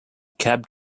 cab